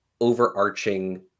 overarching